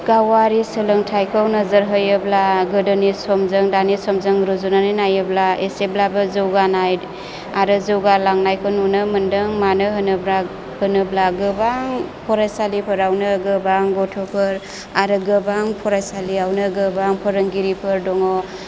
गावारि सोलोंथाइखौ नोजोरहोयोब्ला गोदोनि समजों दानि समजों रुजुनानै नायोब्ला एसेब्लाबो जौगानाय आरो जौगालांनायखौ नुनो मोनदों मानो होनोब्ला गोबां फरायसालिफोरावनो गोबां गथ'फोर आरो गोबां फरायसालियावनो गोबां फोरोंगिरिफोर दङ